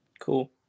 cool